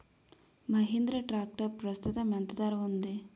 Mahindra tractor ప్రస్తుతం ఎంత ధర ఉంది?